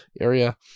area